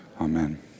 Amen